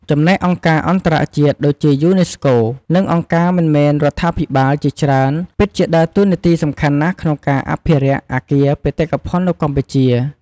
ចំណែកអង្គការអន្តរជាតិ ដូចជា យូណេស្កូ និងអង្គការមិនមែនរដ្ឋាភិបាលជាច្រើនពិតជាដើរតួនាទីសំខាន់ណាស់ក្នុងការអភិរក្សអគារបេតិកភណ្ឌនៅកម្ពុជា។